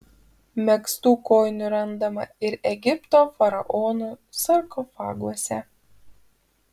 megztų kojinių randama ir egipto faraonų sarkofaguose